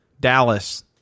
Dallas